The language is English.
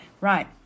Right